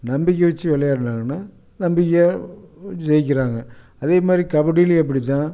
நம்பிக்கை வச்சு விளையாடுனாங்கன்னா நம்பிக்கையாக ஜெய்க்கின்றாங்க அதே மாதிரி கபடிலேயும் அப்படி தான்